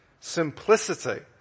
simplicity